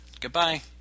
Goodbye